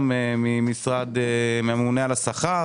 במחסום מהממונה על השכר